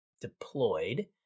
deployed